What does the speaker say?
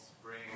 spring